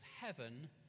heaven